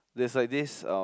there's like this um